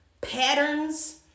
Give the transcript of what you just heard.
patterns